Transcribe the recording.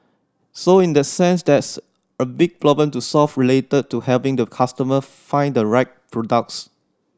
so in that sense there's a big problem to solve related to helping the customer find the right products